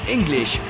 English